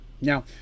Now